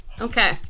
okay